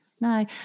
No